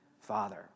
father